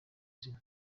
zina